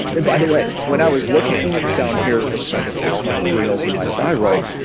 and by the way, when i was looking ah down here trying to fix my adrenals and my thyroid,